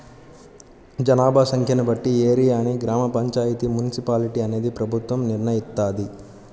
జనాభా సంఖ్యను బట్టి ఏరియాని గ్రామ పంచాయితీ, మున్సిపాలిటీ అనేది ప్రభుత్వం నిర్ణయిత్తది